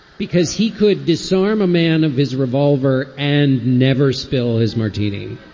because he could disarm a man of his revolver and never spill his martini